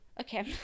Okay